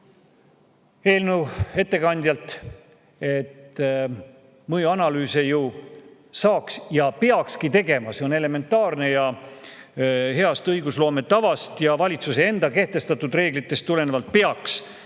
eelnõu ettekandjale, et mõjuanalüüse ju saaks ja peakski tegema. See on elementaarne ning heast õigusloome tavast ja valitsuse enda kehtestatud reeglitest tulenevalt peaks